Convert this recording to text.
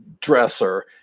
dresser